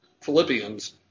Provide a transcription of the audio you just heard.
Philippians